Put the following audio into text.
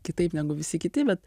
kitaip negu visi kiti bet